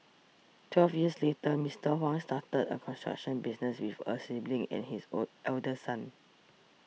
twelve years later Mister Huang started a construction business with a sibling and his old eldest son